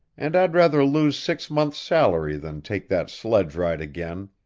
and i'd rather lose six months' salary than take that sledge ride again.